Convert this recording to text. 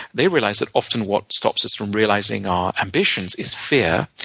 they realized that often, what stops us from realizing our ambitions is fear.